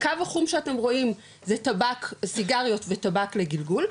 הקו החום שאתם רואים זה סיגריות וטבק לגלגול,